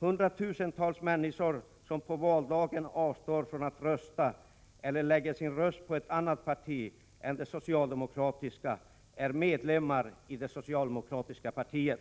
Hundratusentals människor, som på valdagen avstår från att rösta eller lägger sin röst på ett annat parti än det socialdemokratiska, är medlemmar i det socialdemokratiska partiet.